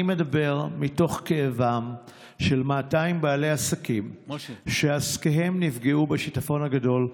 אני מדבר מתוך כאבם של 200 בעלי עסקים שעסקיהם נפגעו בשיטפון הגדול.